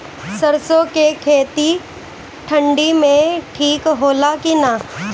सरसो के खेती ठंडी में ठिक होला कि ना?